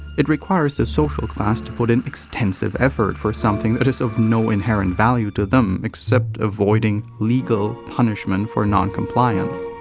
it requires the social class to put in extensive effort for something that is of no inherent value to them except avoiding legal punishment for non-compliance.